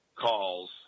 calls